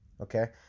okay